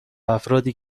افرادی